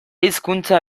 hizkuntza